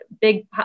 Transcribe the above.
big